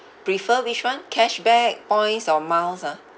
prefer which one cash back points or miles ah